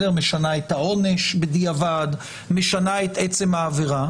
משנה את העונש בדיעבד, משנה את עצם העבירה